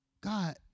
God